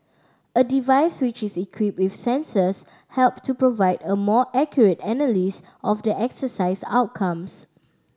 a device which is equipped with sensors help to provide a more accurate analysis of the exercise outcomes